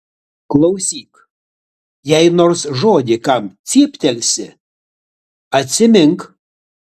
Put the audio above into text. klausyk jei nors žodį kam cyptelsi atsimink